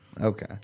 Okay